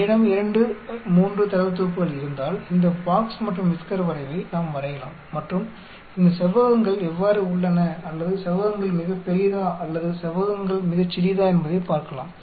என்னிடம் 2 3 தரவுத் தொகுப்புகள் இருந்தால் இந்த பாக்ஸ் மற்றும் விஸ்கர் வரைவை நாம் வரையலாம் மற்றும் இந்த செவ்வகங்கள் எவ்வாறு உள்ளன அல்லது செவ்வகங்கள் மிகப் பெரியதா அல்லது செவ்வகங்கள் மிகச் சிறியதா என்பதைப் பார்க்கலாம்